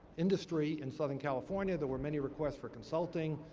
industry in southern california, there were many requests for consulting.